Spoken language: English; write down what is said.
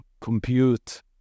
compute